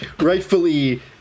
rightfully